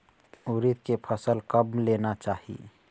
उरीद के फसल कब लेना चाही?